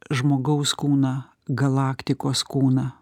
žmogaus kūną galaktikos kūną